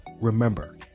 remember